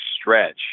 stretch